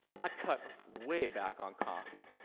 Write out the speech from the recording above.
i cut way back on coffee,